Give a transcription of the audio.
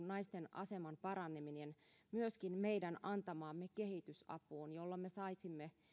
naisten aseman paraneminen myöskin meidän antamaamme kehitysapuun jolloin me saisimme